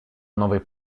новый